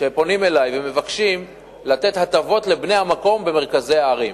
שפונים אלי ומבקשים לתת הטבות לבני המקום במרכזי הערים.